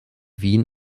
wien